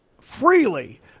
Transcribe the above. freely